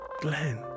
Glenn